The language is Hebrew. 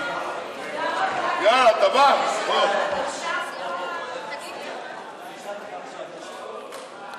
81) (הקמת מחלקה כלכלית בבית המשפט המחוזי בחיפה),